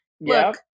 Look